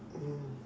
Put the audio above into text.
mm